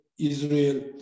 Israel